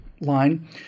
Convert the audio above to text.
line